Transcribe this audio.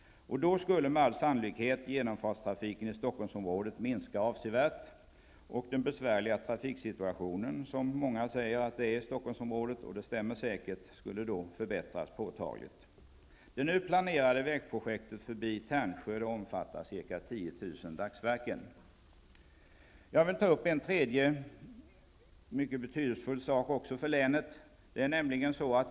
Då skulle med all sannolikhet genomfartstrafiken i Stockholmsområdet minska avsevärt, och den besvärliga trafiksituationen där skulle förbättras påtagligt. Det nu planerade vägprojektet förbi Jag vill ta upp en tredje mycket betydelsefull sak för länet.